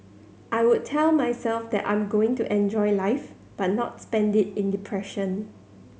I would tell myself that I'm going to enjoy life but not spend it in depression